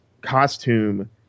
costume